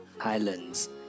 islands